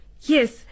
Yes